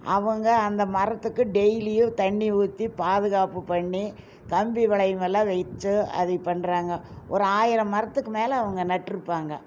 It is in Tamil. அவங்க அந்த மரத்துக்கு டெய்லியும் தண்ணி ஊற்றி பாதுகாப்பு பண்ணி கம்பி வளையமெல்லாம் வைச்சு அது பண்ணுறாங்க ஒரு ஆயிரம் மரத்துக்கு மேல் அவங்க நட்டிருப்பாங்க